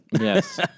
Yes